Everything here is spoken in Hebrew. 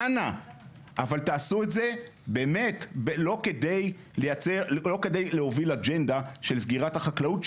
אנא תעשו את זה לא כדי להוביל אג'נדה של סגירת החקלאות,